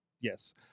yes